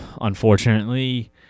unfortunately